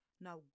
Now